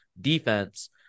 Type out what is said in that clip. defense